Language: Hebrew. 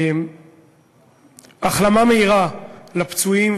החלמה מהירה לפצועים,